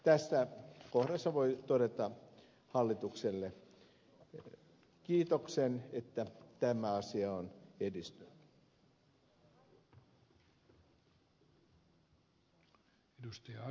tässä kohdassa voi todeta hallitukselle kiitoksen että tämä asia on edistynyt